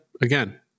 again